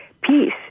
peace